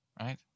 right